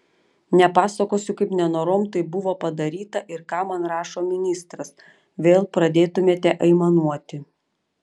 nepasakosiu kaip nenorom tai buvo padaryta ir ką man rašo ministras vėl pradėtumėte aimanuoti